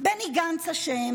בני גנץ אשם,